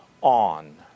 on